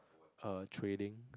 err trading